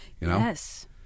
Yes